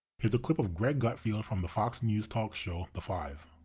here's a clip of greg gutfeld from the fox news talk show the five.